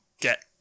get